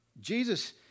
Jesus